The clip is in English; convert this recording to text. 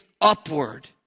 upward